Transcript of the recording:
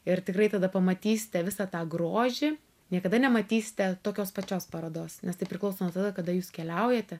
ir tikrai tada pamatysite visą tą grožį niekada nematysite tokios pačios parodos nes tai priklauso nuo tada kada jūs keliaujate